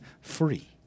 free